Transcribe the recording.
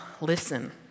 listen